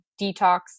detox